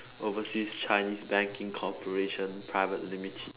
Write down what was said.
overseas chinese banking corporation private limited